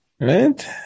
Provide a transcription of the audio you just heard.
Right